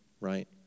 right